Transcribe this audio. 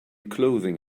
clothing